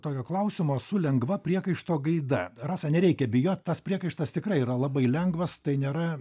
tokio klausimo su lengva priekaišto gaida rasa nereikia bijot tas priekaištas tikrai yra labai lengvas tai nėra